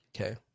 Okay